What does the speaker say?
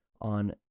on